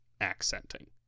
accenting